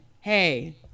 Hey